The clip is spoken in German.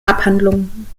abhandlungen